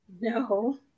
no